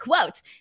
quote